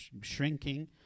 shrinking